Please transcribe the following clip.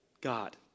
God